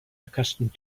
accustomed